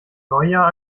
neujahr